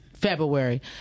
February